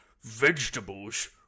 vegetables